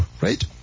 right